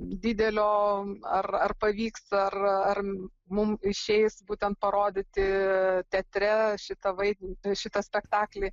didelio ar ar pavyks ar ar mum išeis būtent parodyti teatre šitą vaidmenį šitą spektaklį